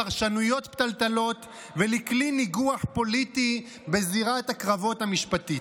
לפרשנויות פתלתלות ולכלי ניגוח פוליטי בזירת הקרבות המשפטית.